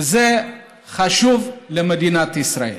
זה חשוב למדינת ישראל.